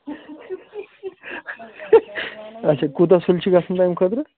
اچھا کوٗتاہ سُلہِ چھِ گژھُن تَمہِ خٲطرٕ